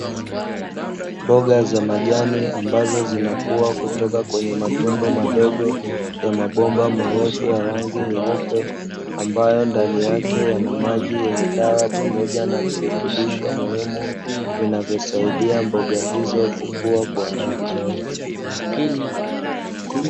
Mboga za majani ambazo zinakua kutoka kwenye matundu madogo, ya mabomba marefu ya rangi nyeupe, ambayo ndani yake yana maji yenye dawa pamoja na virutubisho muhimu, vinavyosaidia mboga hizo kukua kwa haraka.